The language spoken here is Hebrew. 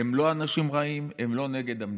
הם לא אנשים רעים, הם לא נגד המדינה,